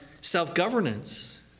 self-governance